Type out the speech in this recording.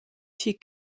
ch’ei